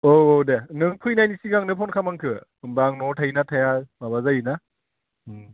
औ औ दे नों फैनायनि सिगांनो फन खालाम आंखौ होमबा आं न'आव थायोना थाया माबा जायोना ओम